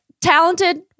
talented